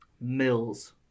Mills